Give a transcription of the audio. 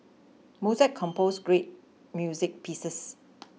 Mozart compose great music pieces